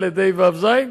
ודאי, יש חדשים.